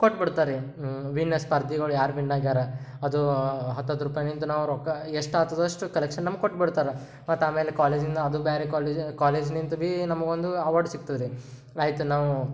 ಕೊಟ್ಟು ಬಿಡ್ತಾರ್ರಿ ವಿನ್ ಸ್ಪರ್ಧಿಗಳು ಯಾರು ವಿನ್ ಆಗ್ಯಾರ ಅದು ಹತ್ತತ್ತು ರೂಪಾಯಿ ನಿಂತು ನಾವು ರೊಕ್ಕ ಎಷ್ಟು ಆತದ ಅಷ್ಟು ಕಲೆಕ್ಷನ್ ನಮ್ಗೆ ಕೊಟ್ಟು ಬಿಡ್ತಾರೆ ಮತ್ತು ಆಮೇಲೆ ಕಾಲೇಜಿಂದ ಅದು ಬೇರೆ ಕಾಲೇಜ್ ಕಾಲೇಜ್ನಿಂತ ಭಿ ನಮಗೊಂದು ಅವಾರ್ಡ್ ಸಿಕ್ತದೆ ರಿ ಆಯಿತು ನಾವು